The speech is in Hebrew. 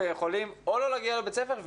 ויכולים או לא להגיע לבית הספר,